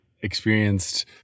experienced